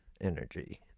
energy